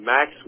Max